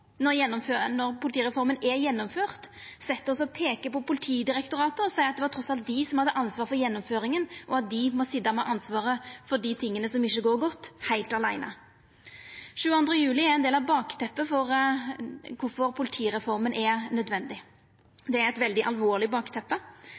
når politireforma er gjennomført, set oss og peiker på Politidirektoratet og seier at det var trass alt dei som hadde ansvar for gjennomføringa, og at dei må sitja med ansvaret for det som ikkje går godt, heilt åleine. 22. juli er ein del av bakteppet for kvifor politireforma er nødvendig.